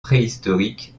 préhistorique